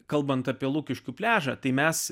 kalbant apie lukiškių pliažą tai mes